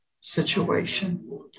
situation